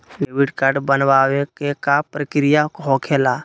Debit card बनवाने के का प्रक्रिया होखेला?